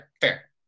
fair